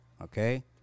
okay